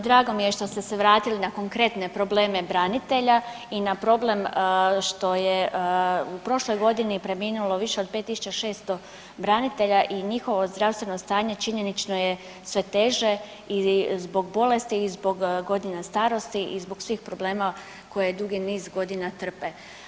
Drago mi je što ste se vratili na konkretne probleme branitelja i na problem što je u prošloj godini preminulo više od 5600 branitelja i njihovo zdravstveno stanje činjenično je sve teže i zbog bolesti i zbog godina starosti i zbog svih problema koje niz godina trpe.